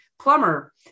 plumber